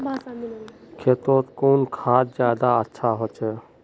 खेतोत कुन खाद ज्यादा अच्छा होचे?